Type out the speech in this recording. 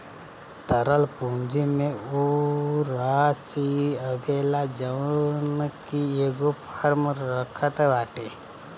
तरल पूंजी में उ राशी आवेला जवन की एगो फर्म रखत बाटे